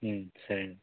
సరేనండి